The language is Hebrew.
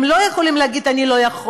הם לא יכולים לומר: אני לא יכול.